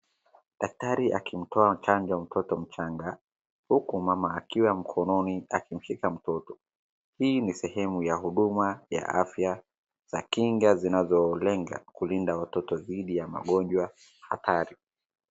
Daktari akimpea chanjo mtoto mchanga, huku mama akiwa mkononi akimshika mtoto. Hii ni sehemu ya huduma ya afya za kinga zinazolenga kulinda watoto dhidi ya magonjwa hatari.